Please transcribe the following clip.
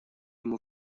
ему